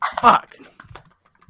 fuck